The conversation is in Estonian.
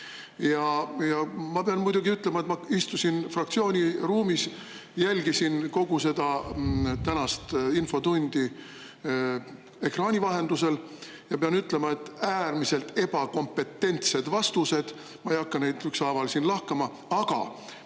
Seederi puhul. Ma istusin fraktsiooni ruumis, jälgisin kogu seda tänast infotundi ekraani vahendusel ja pean ütlema, et olid äärmiselt ebakompetentsed vastused. Ma ei hakka neid ükshaaval lahkama, aga